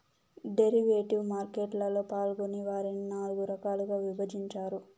derivative market లలో పాల్గొనే వారిని నాల్గు రకాలుగా విభజించారు